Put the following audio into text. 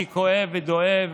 אני כואב ודואב.